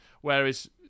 Whereas